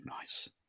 nice